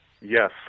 yes